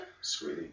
Sweetie